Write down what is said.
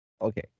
Okay